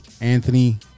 Anthony